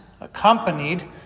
accompanied